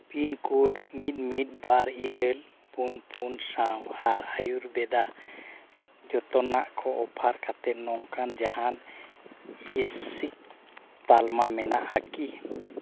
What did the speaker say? pin code ᱢᱤᱫ ᱢᱤᱫ ᱵᱟᱨ ᱤᱨᱟᱹᱞ ᱯᱩᱱ ᱯᱩᱱ ᱥᱟᱶ ᱟᱨ ᱟᱹᱭᱩᱨ ᱵᱮᱫᱟ ᱡᱚᱛᱚᱱᱟᱜ ᱠᱚ ᱚᱯᱷᱟᱨ ᱠᱟᱛᱮᱫ ᱱᱚᱝᱠᱟᱱ ᱡᱟᱦᱟᱱ ᱤᱥᱤᱠ ᱛᱟᱞᱢᱟ ᱢᱮᱱᱟᱜᱼᱟ ᱠᱤ